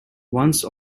once